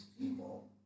people